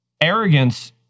Arrogance